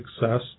success